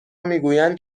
میگوید